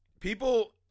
people